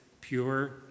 pure